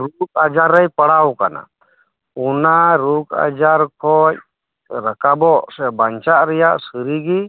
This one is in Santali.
ᱨᱳᱜᱽ ᱟᱡᱟᱨ ᱨᱮᱭ ᱯᱟᱲᱟᱣ ᱟᱠᱟᱱᱟ ᱚᱱᱟ ᱨᱳᱜᱽ ᱟᱡᱟᱨ ᱠᱷᱚᱡ ᱨᱟᱠᱟᱵᱚᱜ ᱥᱮ ᱵᱟᱧᱪᱟᱜ ᱨᱮᱭᱟᱜ ᱥᱟᱹᱨᱤᱜᱮ